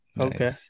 Okay